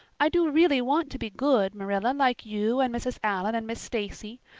i do really want to be good, marilla, like you and mrs. allan and miss stacy,